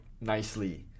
nicely